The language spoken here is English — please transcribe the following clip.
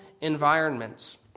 environments